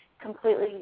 completely